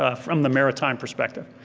ah from the maritime perspective.